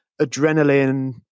adrenaline